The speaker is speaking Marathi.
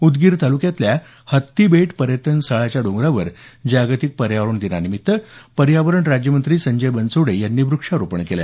उदगीर तालुक्यातल्या हत्तीबेट पर्यटन स्थळाच्या डोंगरावर जागतिक पर्यावरण दिनानिमित्त पर्यावरण राज्यमंत्री संजय बनसोडे यांनी वृक्षारोपण केलं